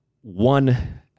one